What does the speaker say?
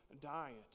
diet